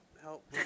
help